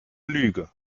lüge